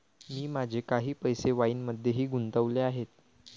मी माझे काही पैसे वाईनमध्येही गुंतवले आहेत